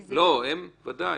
ודאי.